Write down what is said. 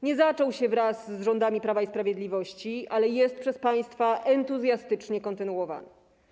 Nie zaczął się wraz z rządami Prawa i Sprawiedliwości, ale jest przez państwa entuzjastycznie kontynuowany.